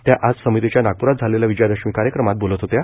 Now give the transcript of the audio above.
त्या आज समितीच्या नागप्रात झालेल्या विजयादशमी कार्यक्रमात बोलत होत्या